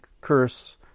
curse